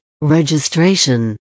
registration